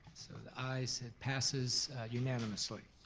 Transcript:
so the ayes, it passes unanimously.